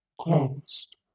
Closed